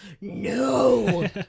no